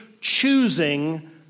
choosing